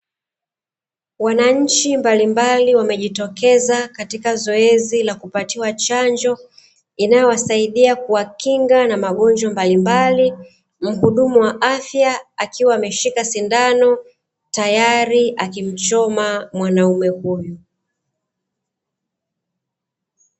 Wananchi mbalimbali wamejitokeza katika zoezi la kupatiwa chanjo, inayowasaidia kuwakinga na magonjwa mbalimbali, mhudumu wa afya akiwa ameshika sindano kwajili ya kumchoma mwanaume huyu.